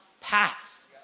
pass